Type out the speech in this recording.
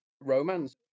romance